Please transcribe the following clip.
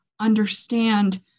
understand